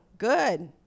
good